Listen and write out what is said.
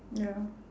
ya